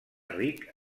ric